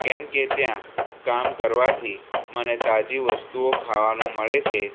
કેમકે ત્યાં કામ કરવાથી મને તાજી વસ્તુઓ ખાવાનું મળે છે